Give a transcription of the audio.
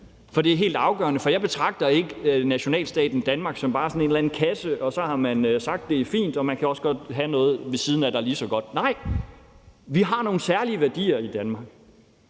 for det er helt afgørende. For jeg betragter ikke nationalstaten Danmark bare som sådan en eller anden kasse, og at man så har sagt, at det er fint, og at man også godt kan have noget andet ved siden af, der er lige så godt. Nej, for vi har nogle særlige værdier i Danmark.